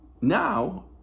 now